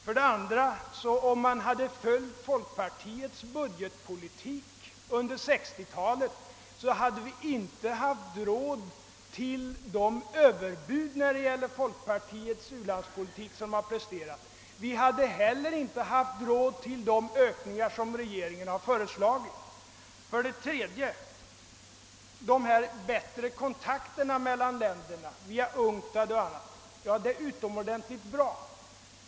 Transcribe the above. För det andra: Om man hade drivit den budgetpolitik som folkpartiet förordade under 1960-talet hade vi inte haft råd till de överbud som folkpartiet presenterat när det gäller u-landspolitiken. Vi hade heller inte haft råd till de ökningar som regeringen har föreslagit. För det tredje: Kontakterna mellan länderna via UNCTAD och andra organisationer är utomordentligt bra.